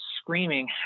screaming